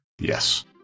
Yes